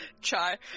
chai